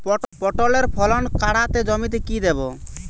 পটলের ফলন কাড়াতে জমিতে কি দেবো?